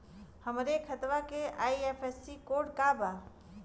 हमरे खतवा के आई.एफ.एस.सी कोड का बा?